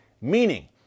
meaning